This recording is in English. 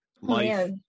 life